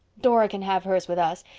dora can have hers with us,